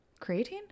Creatine